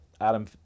Adam